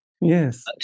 Yes